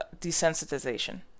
desensitization